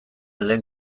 lehen